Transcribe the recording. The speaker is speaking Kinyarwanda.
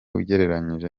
ugereranyije